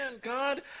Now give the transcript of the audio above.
God